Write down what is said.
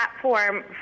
platform